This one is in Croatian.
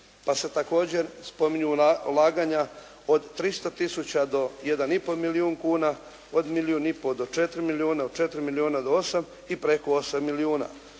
pa se također spominju ulaganja od 300 tisuća do 1,5 milijuna kuna, od 1,5 do 4 milijuna, od 4 milijuna do 8 i preko 8 milijuna.